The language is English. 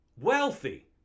wealthy